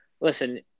listen